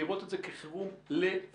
לראות את זה כחירום לבצע.